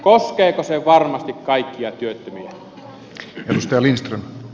koskeeko se varmasti kaikkia työttömiä